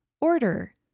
order